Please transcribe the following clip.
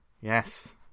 Yes